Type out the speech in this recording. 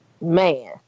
Man